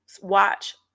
watch